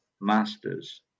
masters